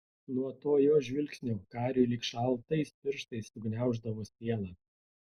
nuo to jos žvilgsnio kariui lyg šaltais pirštais sugniauždavo sielą